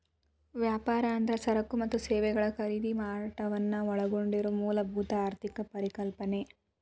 ವ್ಯಾಪಾರ ಅಂದ್ರ ಸರಕ ಮತ್ತ ಸೇವೆಗಳ ಖರೇದಿ ಮಾರಾಟವನ್ನ ಒಳಗೊಂಡಿರೊ ಮೂಲಭೂತ ಆರ್ಥಿಕ ಪರಿಕಲ್ಪನೆ